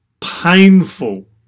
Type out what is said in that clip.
painful